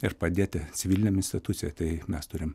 ir padėti civilinėm institucijom tai mes turim